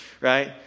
right